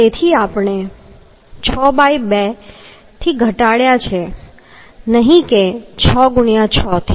તેથી આપણે 62 થી ઘટાડ્યા છે નહિ કે 6 ✕ 6 થી